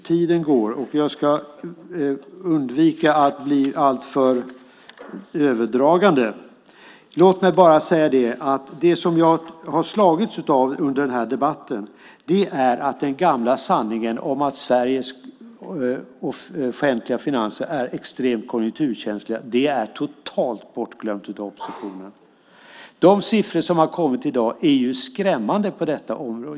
Tiden går och jag ska undvika att dra över alltför mycket. Låt mig säga att det som jag har slagits av under den här debatten är att den gamla sanningen om att Sveriges offentliga finanser är extremt konjunkturkänsliga är totalt bortglömt av oppositionen. De siffror som har kommit på detta område i dag är skrämmande.